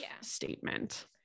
statement